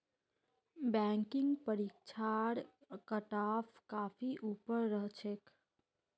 banking परीक्षार cutoff काफी ऊपर रह छेक